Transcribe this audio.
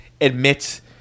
admits